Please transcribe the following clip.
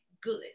good